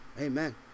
Amen